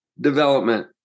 development